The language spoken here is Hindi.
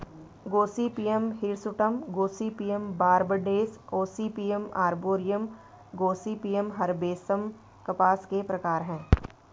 Gossypium hirsutum, Gossypium barbadense, Gossypium arboreum, Gossypium herbaceum कपास के प्रकार है